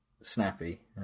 snappy